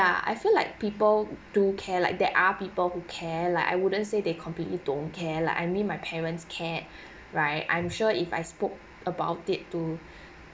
I feel like people do care like there are people who care like I wouldn't say they completely don't care like I mean my parents cared right I'm sure if I spoke about it too